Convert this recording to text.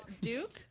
Duke